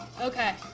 Okay